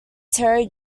terry